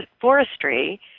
forestry